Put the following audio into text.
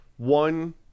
One